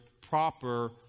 proper